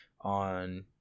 on